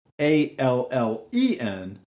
A-L-L-E-N